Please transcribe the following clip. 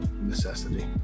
necessity